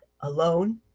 alone